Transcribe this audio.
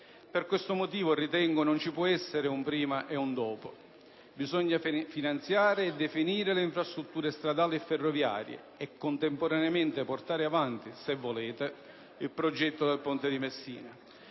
Per questo motivo, ritengo, non ci può essere un prima e un dopo. Bisogna finanziare e definire le infrastrutture stradali e ferroviarie e contemporaneamente portare avanti, se volete, il progetto del ponte sullo